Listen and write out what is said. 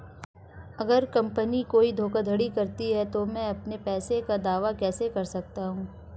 अगर कंपनी कोई धोखाधड़ी करती है तो मैं अपने पैसे का दावा कैसे कर सकता हूं?